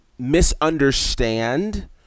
misunderstand